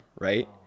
right